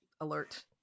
alert